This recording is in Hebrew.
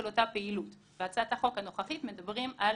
אותה פעילות; בהצעת החוק הנוכחית מדברים על